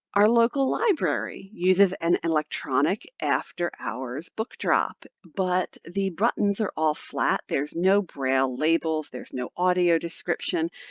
our local library uses an electronic after-hours book drop, but the buttons are all flat. there's no braille labels. there's no audio description.